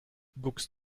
guckst